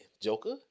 Joker